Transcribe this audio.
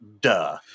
Duh